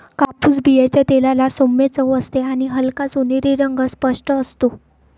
कापूस बियांच्या तेलाला सौम्य चव असते आणि हलका सोनेरी रंग स्पष्ट असतो